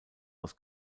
aus